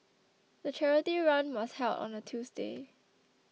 the charity run was held on a Tuesday